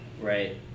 Right